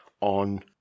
on